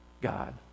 God